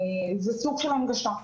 זה סוג של הנגשה.